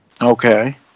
Okay